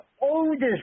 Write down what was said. oldest